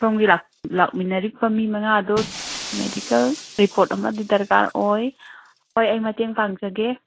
ꯁꯣꯝꯒꯤ ꯂꯥꯛꯃꯤꯟꯅꯔꯤꯕ ꯃꯤ ꯃꯉꯗꯣ ꯃꯦꯗꯤꯀꯦꯜ ꯔꯤꯄꯣꯔꯠ ꯑꯃꯗꯤ ꯗꯔꯀꯥꯔ ꯑꯣꯏ ꯍꯣꯏ ꯑꯩ ꯃꯇꯦꯡ ꯄꯥꯡꯖꯒꯦ